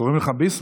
קוראים לך ביסמוט?